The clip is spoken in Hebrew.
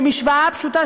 במשוואה הפשוטה,